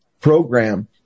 program